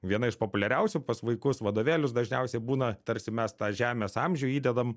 viena iš populiariausių pas vaikus vadovėlius dažniausiai būna tarsi mes tą žemės amžių įdedam